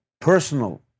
personal